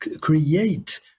create